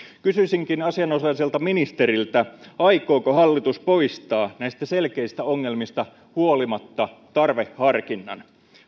kysyisinkin asianosaiselta ministeriltä aikooko hallitus poistaa näistä selkeistä ongelmista huolimatta tarveharkinnan